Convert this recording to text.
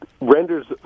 renders